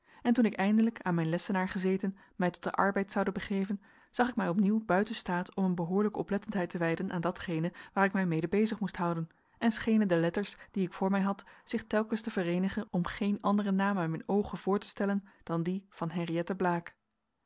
en toen ik eindelijk aan mijn lessenaar gezeten mij tot den arbeid zoude begeven zag ik mij opnieuw buiten staat om een behoorlijke oplettendheid te wijden aan datgene waar ik mij mede bezig moest houden en schenen de letters die ik voor mij had zich telkens te vereenigen om geen anderen naam aan mijn oogen voor te stellen dan dien van henriëtte blaek